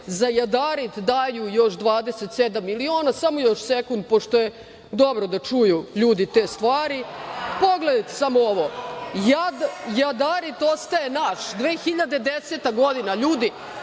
Za Jadarit daju još 27 miliona, samo još sekund pošto je dobro da čuju ljudi te stvari, pogledajte samo ovo, „Jadarit ostaje naš“. Godina 2010. ljudi,